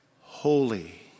holy